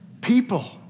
people